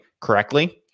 correctly